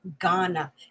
Ghana